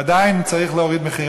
עדיין צריך להוריד מחירים.